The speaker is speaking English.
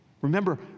Remember